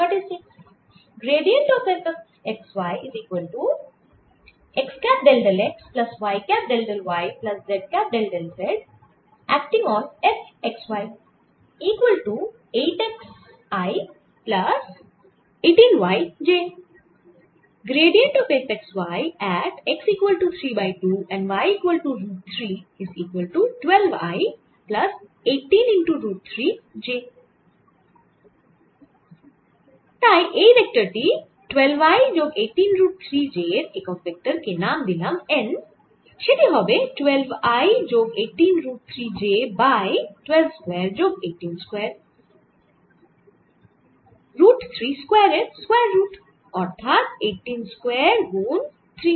তাই এই ভেক্টর টি 12 i যোগ 18 রুট 3 j এর একক ভেক্টর কে নাম দিলাম n সেটি হবে 12 i যোগ 18 রুট 3 j বাই 12 স্কয়ার যোগ18 রুট 3 স্কয়ার এর স্কয়ার রুট অর্থাৎ 18 স্কয়ার গুন 3